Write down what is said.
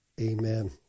amen